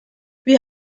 wir